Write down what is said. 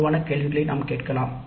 பொதுவான கேள்விகளை நாம் கேட்கலாம்